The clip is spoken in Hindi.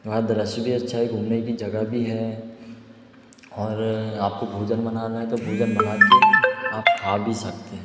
वहाँ दृश्य भी अच्छा है घूमने की जगह भी है और आपको भोजन बनाना है तो भोजन बना लीजिए आप खा भी सकते हैं